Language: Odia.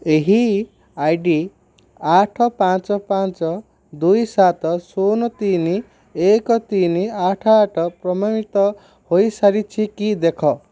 ଏହି ଆଇ ଡ଼ି ଆଠ ପାଞ୍ଚ ପାଞ୍ଚ ଦୁଇ ସାତ ଶୂନ ତିନି ଏକ ତିନି ଆଠ ଆଠ ପ୍ରମାଣିତ ହୋଇସାରିଛି କି ଦେଖ